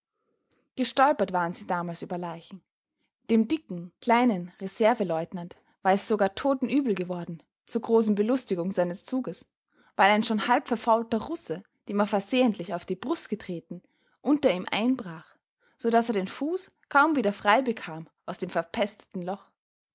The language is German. gestolpert waren sie damals über leichen dem dicken kleinen reserveleutnant war es sogar totenübel geworden zur großen belustigung seines zuges weil ein schon halbverfaulter russe dem er versehentlich auf die brust getreten unter ihm einbrach so daß er den fuß kaum wieder frei bekam aus dem verpesteten loch